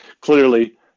clearly